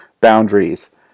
boundaries